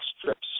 strips